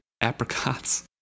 apricots